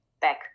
back